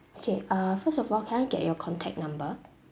okay uh first of all can I get your contact number